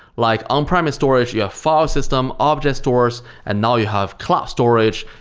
like on-premise storage, you have file system, object stores and now you have cloud storage,